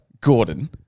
Gordon